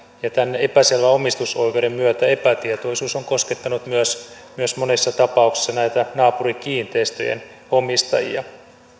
ja tämän epäselvän omistusoikeuden myötä epätietoisuus on koskettanut monissa tapauksissa myös näitä naapurikiinteistöjen omistajia